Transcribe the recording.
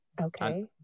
Okay